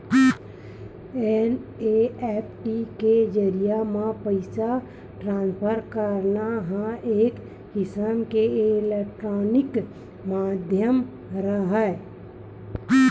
NEFT के जरिए म पइसा ट्रांसफर करना ह एक किसम के इलेक्टानिक माधियम हरय